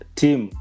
team